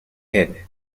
hid